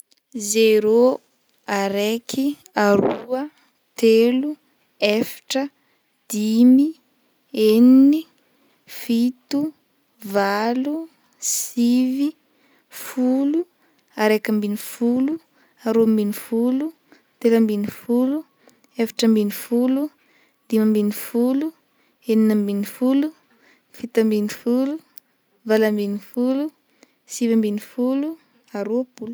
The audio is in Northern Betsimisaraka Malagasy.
zero, araiky, aroa, telo, eftra, dimy, eniny, fito, valo, sivy, folo, araika ambin'ny folo, aroa ambin'ny folo, telo ambin'ny folo, efatra ambin'ny folo, dimy ambin'ny folo, enina ambin'ny folo, fito ambin'ny folo, vqalo ambin'ny folo, sivy ambin'ny folo, aroapolo.